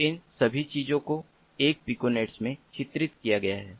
तो इन सभी चीजों को एक पिकोनेट में चित्रित किया गया है